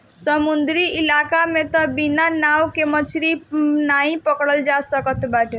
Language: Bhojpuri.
समुंदरी इलाका में तअ बिना नाव के मछरी नाइ पकड़ल जा सकत बाटे